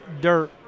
dirt